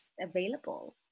available